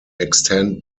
extend